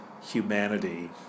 humanity